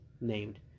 named